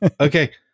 Okay